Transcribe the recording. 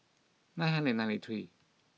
nine hundred and ninety three